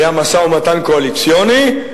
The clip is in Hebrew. היה משא-ומתן קואליציוני,